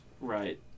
Right